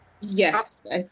Yes